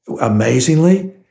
amazingly